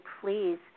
please